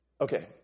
okay